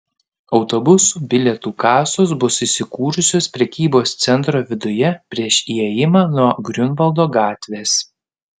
autobusų bilietų kasos bus įsikūrusios prekybos centro viduje prieš įėjimą nuo griunvaldo gatvės